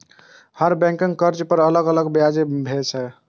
हर बैंकक कर्ज पर अलग अलग ब्याज दर भए सकै छै